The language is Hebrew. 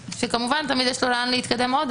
שכמובן תמיד יש לו לאן להתקדם עוד,